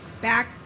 back